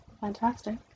fantastic